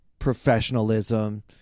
professionalism